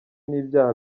n’ibyaha